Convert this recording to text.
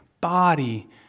body